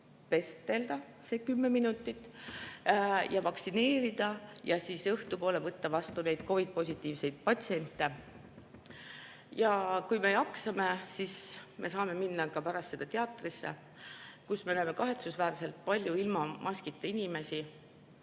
vestelda see kümme minutit, vaktsineerida ja õhtupoole võtta vastu COVID‑positiivseid patsiente. Kui me jaksame, siis me saame minna pärast seda teatrisse, kus me näeme kahetsusväärselt palju ilma maskita inimesi.